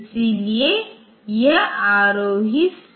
इसलिए यह आरोही स्टैक है